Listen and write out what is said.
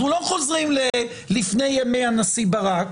אנחנו לא חוזרים ללפני ימי הנשיא ברק